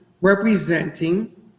representing